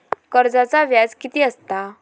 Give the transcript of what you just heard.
कर्जाचा व्याज कीती असता?